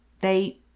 They